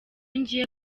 ngiye